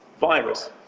virus